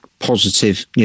positive